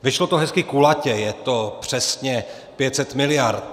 Vyšlo to hezky kulatě, je to přesně 500 miliard.